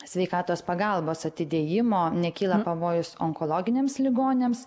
sveikatos pagalbos atidėjimo nekyla pavojus onkologiniams ligoniams